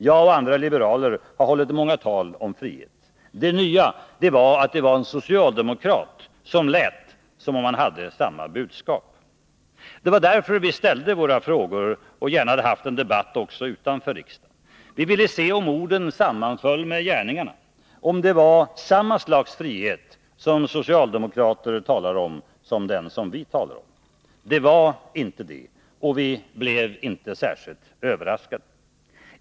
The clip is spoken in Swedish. Jag och andra liberaler har hållit många tal om frihet. Det nya var att det var en socialdemokrat som lät som om han hade samma budskap. Det var därför vi ställde våra frågor och gärna hade sett en debatt även utanför riksdagen. Vi ville se om orden sammanföll med gärningarna, om det var samma slags frihet vi talade om. Det var inte det. Och vi blev inte särskilt överraskade.